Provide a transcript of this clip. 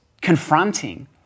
confronting